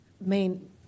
main